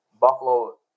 Buffalo